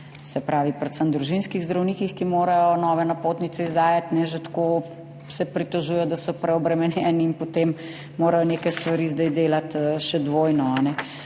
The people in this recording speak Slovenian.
pa predvsem na družinskih zdravnikih, ki morajo nove napotnice izdajati. Že tako se pritožujejo, da so preobremenjeni, in potem morajo neke stvari zdaj delati še dvojno.